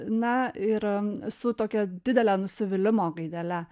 na ir su tokia didele nusivylimo gaidele